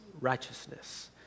righteousness